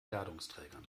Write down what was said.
ladungsträgern